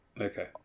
Okay